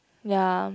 ya